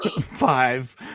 five